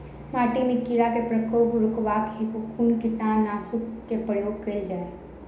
माटि मे कीड़ा केँ प्रकोप रुकबाक हेतु कुन कीटनासक केँ प्रयोग कैल जाय?